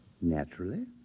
Naturally